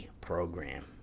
program